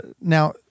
now